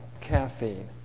caffeine